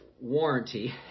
warranty